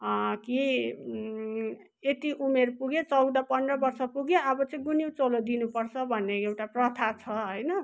कि यति उमेर पुग्यो चौध पन्ध्र वर्ष पुग्यो अब चाहिँ गुनिउँ चोलो दिन पर्छ भन्ने एउटा प्रथा छ होइन